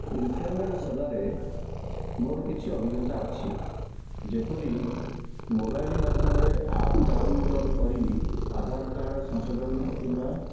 internet ସେବାରେ ମୋର କିଛି ଅଭିଜ୍ଞତା ଅଛି ଯେପରି ମୋବାଇଲ୍ ମାଧ୍ୟମରେ ଆପ୍ ଡାଉନଲୋଡ଼୍ କରି ଆଧାର କାର୍ଡ଼୍ ସଂଶୋଧନ କିମ୍ବା